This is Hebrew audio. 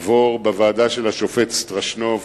עבור בוועדה של השופט סטרשנוב.